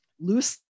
loose